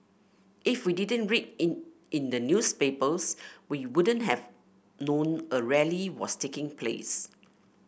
if we didn't read in in the newspapers we wouldn't have known a rally was taking place